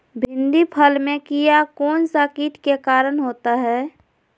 भिंडी फल में किया कौन सा किट के कारण होता है?